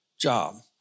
job